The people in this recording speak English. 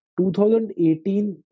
2018